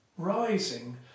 rising